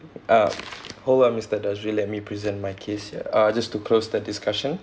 uh hold on mister dhatri let me present my case here uh just to close the discussion